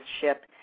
ship